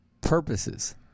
purposes